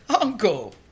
Uncle